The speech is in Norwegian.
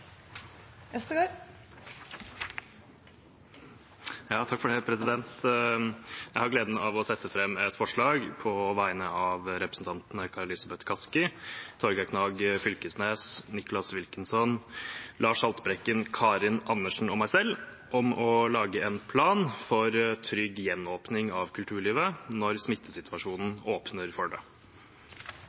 Øvstegård vil fremsette et representantforslag. Jeg har gleden av å framsette et forslag på vegne av representantene Kari Elisabeth Kaski, Torgeir Knag Fylkesnes, Nicholas Wilkinson, Lars Haltbrekken, Karin Andersen og meg selv om å lage en plan for trygg gjenåpning av kulturlivet når smittesituasjonen åpner for det.